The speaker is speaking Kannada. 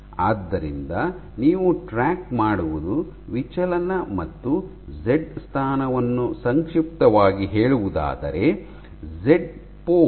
ಆದ್ದರಿಂದ ನೀವು ಟ್ರ್ಯಾಕ್ ಮಾಡುವುದು ವಿಚಲನ ಮತ್ತು ಝೆಡ್ ಸ್ಥಾನವನ್ನು ಸಂಕ್ಷಿಪ್ತವಾಗಿ ಹೇಳೋದಾದರೆ ಝೆಡ್ ಪೋಸ್